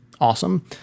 awesome